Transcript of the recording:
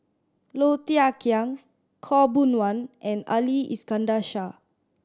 Low Thia Khiang Khaw Boon Wan and Ali Iskandar Shah